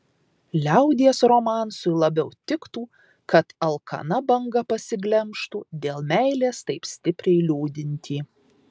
liaudies romansui labiau tiktų kad alkana banga pasiglemžtų dėl meilės taip stipriai liūdintį